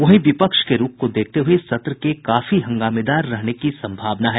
वहीं विपक्ष के रूख को देखते हुये सत्र के काफी हंगामेदार रहने की सम्भावना है